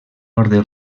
orde